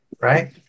Right